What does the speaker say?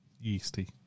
yeasty